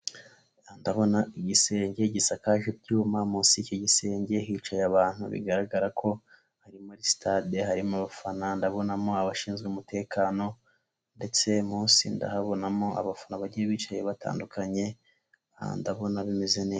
Ndabona igisenge gisakaje ibyuma, munsi y'iki gisenge hicaye abantu bigaragara ko ari muri sitade harimo abafana, ndabonamo abashinzwe umutekano ndetse munsi ndahabonamo abafana bagiye bicaye batandukanye, ndabona bimeze neza.